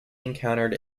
encountered